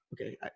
Okay